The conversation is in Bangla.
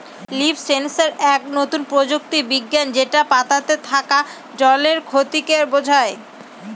লিফ সেন্সর এক নতুন প্রযুক্তি বিজ্ঞান যেটা পাতাতে থাকা জলের ক্ষতিকে বোঝায়